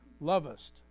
lovest